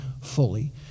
fully